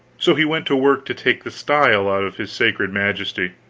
so he went to work to take the style out of his sacred majesty.